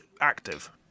active